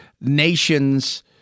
nations